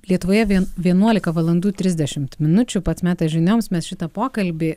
lietuvoje vien vienuolika valandų trisdešimt minučių pats metas žinioms mes šitą pokalbį